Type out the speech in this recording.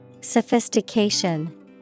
Sophistication